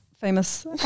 famous